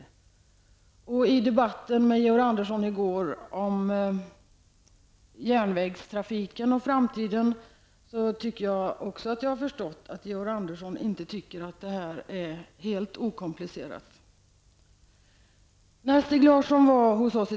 Att döma av debatten i går med Georg Andersson om järnvägstrafiken och framtiden tycker han inte att det här är helt okomplicerat.